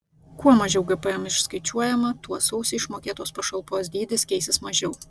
kuo mažiau gpm išskaičiuojama tuo sausį išmokėtos pašalpos dydis keisis mažiau